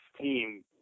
team